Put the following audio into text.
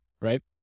right